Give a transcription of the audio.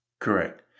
Correct